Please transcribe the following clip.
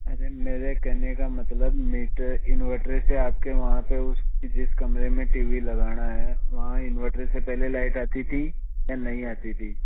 अरे मेरे कहने का मतलब मीटर इन्वर्टर से आपके वहाँ पर उस जिस कमरे में टी वी लगाना है वहाँ इन्वर्टर से पहले लाइट आती थी या नहीं आती थी